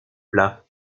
plats